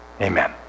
Amen